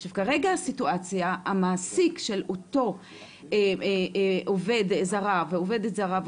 עכשיו כרגע הסיטואציה היא שהמעסיק של אותו עובד זר ועובדת זרה,